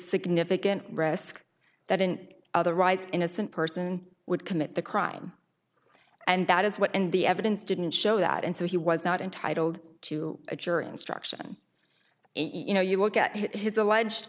significant risk that an otherwise innocent person would commit the crime and that is what and the evidence didn't show that and so he was not entitled to a jury instruction you know you look at it his alleged